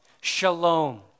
shalom